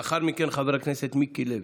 לאחר מכן, חבר הכנסת מיקי לוי.